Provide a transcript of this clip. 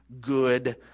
Good